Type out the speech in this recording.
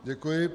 Děkuji.